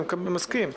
אני מסכים.